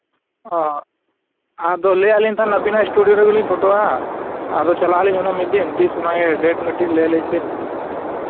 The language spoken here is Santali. ᱟᱫᱚ ᱞᱟᱹᱭᱟᱫᱼᱟ ᱞᱤᱧ ᱛᱟᱦᱮᱱᱟ ᱟᱹᱵᱤᱱᱟᱜ ᱥᱴᱩᱰᱤᱭᱳ ᱨᱮᱜᱮ ᱞᱤᱧ ᱯᱷᱳᱴᱳᱜᱼᱟ ᱟᱫᱚ ᱪᱟᱞᱟᱜ ᱟᱹᱞᱤᱧ ᱚᱱᱟ ᱢᱤᱫ ᱫᱤᱱ ᱛᱤᱥ ᱚᱱᱟᱜᱮ ᱰᱮᱴ ᱢᱤᱫᱴᱤᱡ ᱞᱟᱹᱭ ᱟᱹᱞᱤᱧ ᱵᱤᱱ